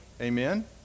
Amen